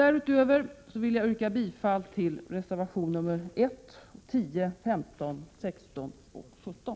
Därutöver vill jag yrka bifall till reservationerna 1, 10, 15, 16 och 17.